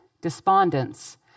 despondence